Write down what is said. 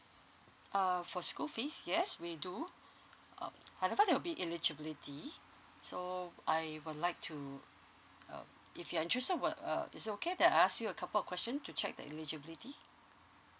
err for school fees yes we do uh however there will be eligibility so I would like to uh if you are interested uh is it okay then I ask you a couple question to check the eligibility